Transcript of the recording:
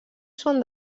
són